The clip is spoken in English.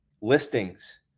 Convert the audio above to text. listings